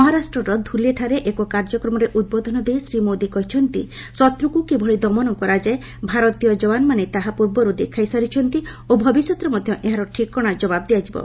ମହାରାଷ୍ଟ୍ରର ଧ୍ୟଲେଠାରେ ଏକ କାର୍ଯ୍ୟକ୍ରମରେ ଉଦ୍ବୋଧନ ଦେଇ ସେ ଶ୍ରୀ ମୋଦି କହିଛନ୍ତି ଶତ୍ରକୁ କିଭଳି ଦମନ କରାଯାଏ ଭାରତୀୟ ଯବାନମାନେ ତାହା ପୂର୍ବରୁ ଦେଖାଇ ସାରିଛନ୍ତି ଓ ଭବିଷ୍ୟତରେ ମଧ୍ୟ ଏହାର ଠିକଣା ଜବାବ ଦିଆଯିବ